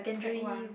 sec one